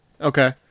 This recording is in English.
Okay